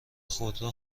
خودرو